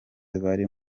bari